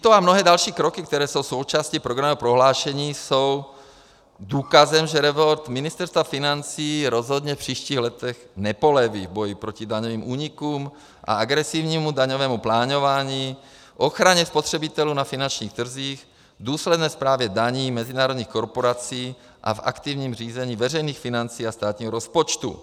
Tyto a mnohé další kroky, které jsou součástí programového prohlášení, jsou důkazem, že resort Ministerstva financí rozhodně v příštích letech nepoleví v boji proti daňovým únikům a agresivnímu daňovému plánování, v ochraně spotřebitelů na finančních trzích, v důsledné správě daní mezinárodních korporací a v aktivním řízení veřejných financí a státního rozpočtu.